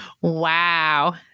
Wow